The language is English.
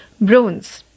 bronze